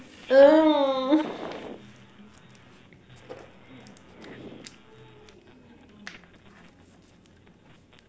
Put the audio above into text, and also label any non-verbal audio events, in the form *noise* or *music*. *noise*